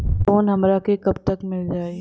Loan हमरा के कब तक मिल जाई?